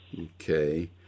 Okay